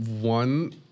one